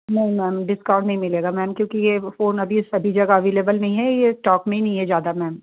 नहीं ma'am discount नहीं मिलेगा मैम क्योंकि यह फ़ोन अभी सभी जगह अव्लेबल नहीं है यह स्टॉक में भी नहीं है ज़्यादा मैम